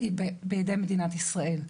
היא בידי מדינת ישראל.